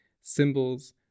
symbols